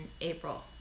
April